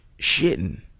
shitting